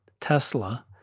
Tesla